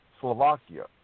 Slovakia